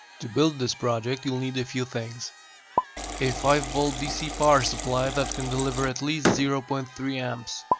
to build this project you'll need a few things a five v dc power supply that can deliver at least zero point three and a,